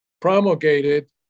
promulgated